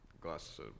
glass